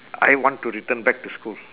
I want to return back to school